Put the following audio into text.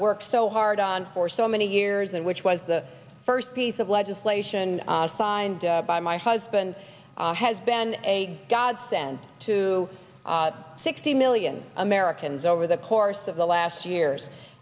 so hard on for so many years and which was the first piece of legislation signed by my husband has been a godsend to sixty million americans over the course of the last years